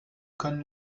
können